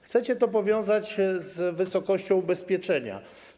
Chcecie to powiązać z wysokością ubezpieczenia.